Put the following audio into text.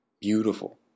beautiful